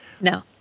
No